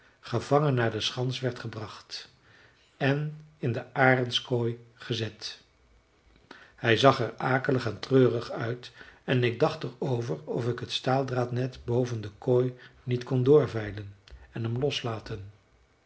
gevangen naar de schans werd gebracht en in de arendskooi gezet hij zag er akelig en treurig uit en ik dacht er over of ik het staaldraadnet boven de kooi niet kon doorvijlen en hem loslaten